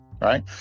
right